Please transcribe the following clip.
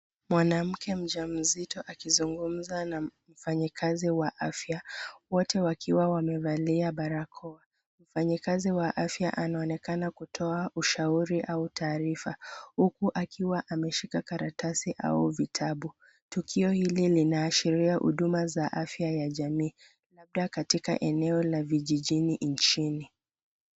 Mwanamke mjamzito akizungumza na mfanyakazi wa afya wote wakiwa wamevalia barakoa. Mfanyikazi wa afya anaonekana kutoa ushauri au taarifa huku akiwa ameshika karatasi au vitabu. Tukio hili linaashiria huduma za afya ya jamii labda katika eneo la vijijini nchini.